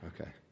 Okay